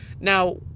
Now